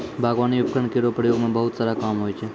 बागबानी उपकरण केरो प्रयोग सें बहुत सारा काम होय छै